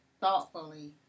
thoughtfully